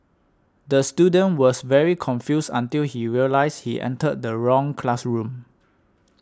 the student was very confused until he realised he entered the wrong classroom